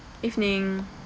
evening